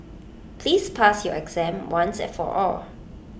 please pass your exam once and for all